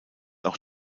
auch